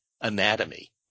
anatomy